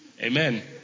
Amen